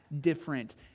different